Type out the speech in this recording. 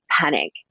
panic